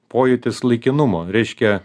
pojūtis laikinumo reiškia